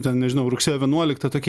ten nežinau rugsėjo vienuolikta tokie